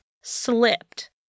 slipped